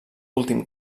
últim